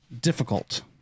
difficult